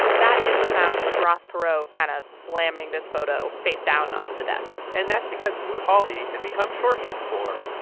that is the sound of ross perot kind of slamming this photo facedown onto the desk and that's because smoot-hawley had become shorthand for,